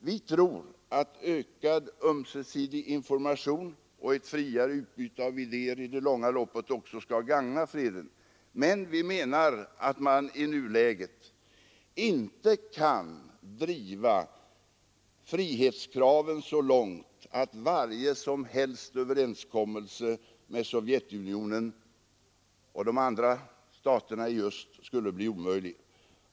Vi tror att ökad ömsesidig information och ett friare utbyte av idéer i det långa loppet också skall gagna freden, men vi menar att man i nuläget inte kan driva frihetskraven så långt att varje överenskommelse med Sovjetunionen och de andra staterna i öst skulle bli omöjlig.